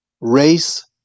race